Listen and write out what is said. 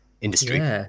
industry